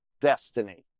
destiny